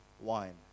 wine